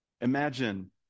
Imagine